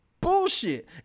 bullshit